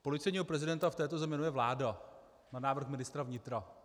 Policejního prezidenta v této zemi jmenuje vláda na návrh ministra vnitra.